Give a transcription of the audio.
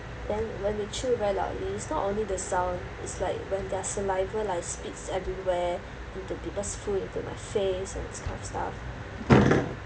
then when they chew very loudly it's not only the sound it's like when their saliva like spits everywhere with the spittle flew into my face and this kind of stuff